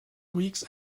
weeks